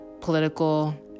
political